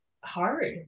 hard